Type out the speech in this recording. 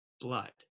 blood